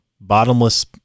bottomless